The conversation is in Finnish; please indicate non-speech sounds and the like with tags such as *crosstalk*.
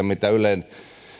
*unintelligible* mitä ylen